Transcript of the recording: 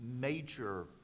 major